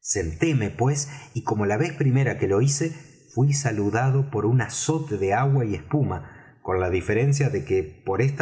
sentéme pues y como la vez primera que lo hice fuí saludado por un azote de agua y espuma con la diferencia de que por esta